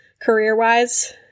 career-wise